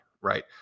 right